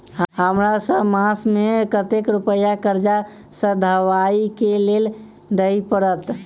हमरा सब मास मे कतेक रुपया कर्जा सधाबई केँ लेल दइ पड़त?